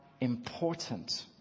Important